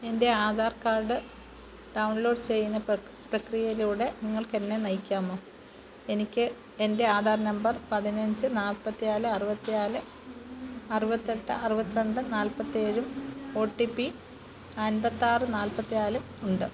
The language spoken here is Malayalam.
എൻ്റെ ആധാർ കാർഡ് ഡൗൺലോഡ് ചെയ്യുന്ന പ്രക്രിയയിലൂടെ നിങ്ങൾക്ക് എന്നെ നയിക്കാമോ എനിക്ക് എൻ്റെ ആധാർ നമ്പർ പതിനഞ്ച് നാൽപ്പത്തി നാല് അറുപത്തി നാല് അറുപത്തി എട്ട് അറുപത്തി രണ്ട് നാൽപ്പത്തി ഏഴും ഒ ടി പി അമ്പത്തി ആറ് നാൽപ്പത്തി നാല് ഉണ്ട്